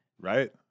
Right